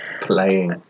playing